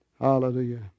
Hallelujah